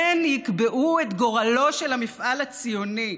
הן יקבעו את גורלו של המפעל הציוני,